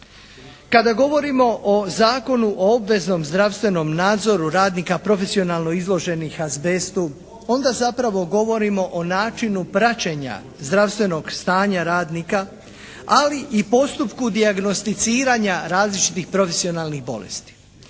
Kada govorimo o Zakonu o obveznom zdravstvenom nadzoru radnika profesionalno izloženih azbestu, onda zapravo govorimo o načinu praćenja zdravstvenog stanja radnika, ali i postupku dijagnosticiranja različitih profesionalnih bolesti.